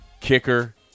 Kicker